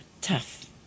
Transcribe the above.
tough